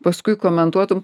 paskui komentuotum